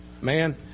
Man